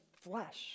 flesh